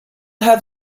have